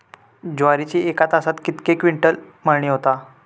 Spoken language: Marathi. ज्वारीची एका तासात कितके क्विंटल मळणी होता?